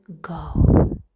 go